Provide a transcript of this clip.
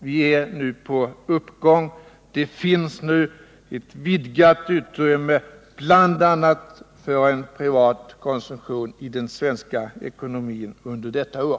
Vår ekonomi är nu på uppgång. Det finns ett vidgat utrymme bl.a. för privat konsumtion i den svenska ekonomin under detta år.